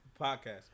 podcast